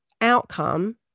outcome